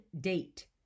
date